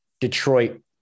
Detroit